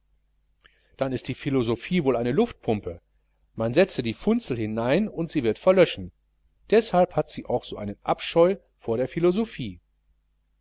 dann ist die philosophie wohl eine luftpumpe man setze die funzel hinein und sie wird verlöschen deshalb hat sie auch so einen abscheu vor der philosophie